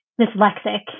dyslexic